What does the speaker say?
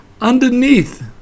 Underneath